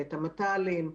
את המת"לים,